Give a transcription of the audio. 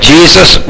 Jesus